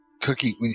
Cookie